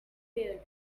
repaired